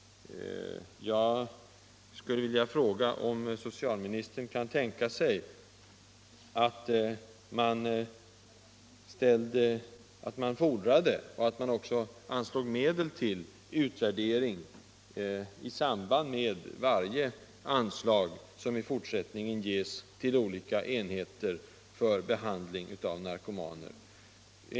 Jag skulle vilja fråga om socialministern kan tänka sig att man fordrar, och även anslår medel till, utvärdering i samband med varje anslag som i fortsättningen ges till olika enheter för behandling av narkomaner.